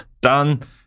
Done